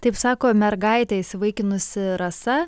taip sako mergaitę įsivaikinusi rasa